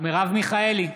מרב מיכאלי,